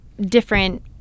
different